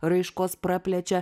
raiškos praplečia